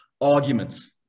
arguments